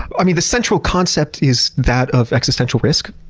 i mean, the central concept is that of existential risk.